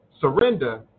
surrender